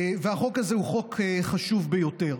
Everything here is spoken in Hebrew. והחוק הזה הוא חוק חשוב ביותר.